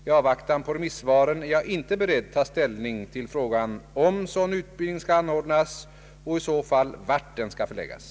I avvaktan på remissvaren är jag inte beredd ta ställning till frågan om sådan utbildning skalll anordnas och i så fall vart den skall förläggas.